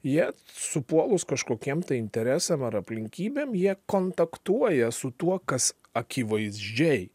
jie supuolus kažkokiem interesam ar aplinkybėm jie kontaktuoja su tuo kas akivaizdžiai